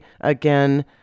Again